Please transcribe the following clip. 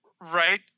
Right